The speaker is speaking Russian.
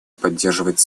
поддерживать